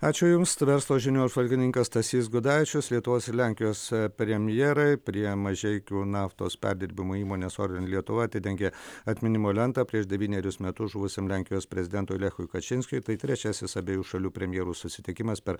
ačiū jums tai verslo žinių apžvalgininkas stasys gudavičius lietuvos ir lenkijos premjerai prie mažeikių naftos perdirbimo įmonės orlen lietuva atidengė atminimo lentą prieš devynerius metus žuvusiam lenkijos prezidentui lechui kačinskiui tai trečiasis abiejų šalių premjerų susitikimas per